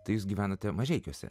tai jūs gyvenote mažeikiuose